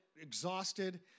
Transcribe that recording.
exhausted